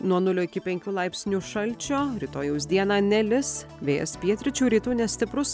nuo nulio iki penkių laipsnių šalčio rytojaus dieną nelis vėjas pietryčių rytų nestiprus